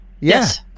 Yes